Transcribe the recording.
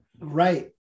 Right